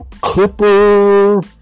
clipper